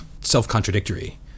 self-contradictory